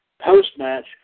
Post-match